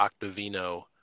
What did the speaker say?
Octavino